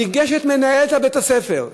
ניגשת מנהלת בית-הספר,